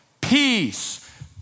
peace